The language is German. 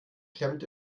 klemmt